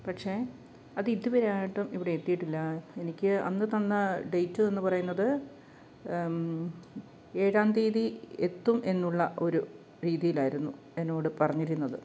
പക്ഷേ അത് ഇതുവരെ ആയിട്ടും ഇവിടെ എത്തിയിട്ടില്ല എനിക്ക് അന്നു തന്ന ഡേറ്റ് എന്ന് പറയുന്നത് ഏഴാം തീയതിഎത്തും എന്നുള്ള ഒരു രീതിയിലായിരുന്നു എന്നോട് പറഞ്ഞിരുന്നത്